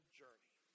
journey